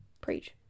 Preach